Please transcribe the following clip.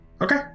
Okay